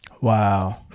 Wow